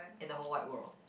in the whole wide world